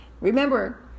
remember